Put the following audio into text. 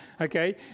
Okay